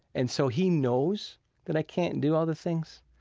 and so he knows that i can't do all the things.